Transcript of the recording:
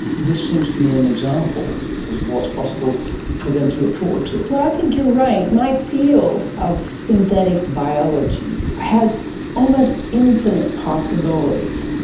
this seems to me an example of what's possible for them to look forward to. i think you're right. my field of synthetic biology has almost infinite possibilities.